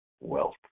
wealth